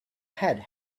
had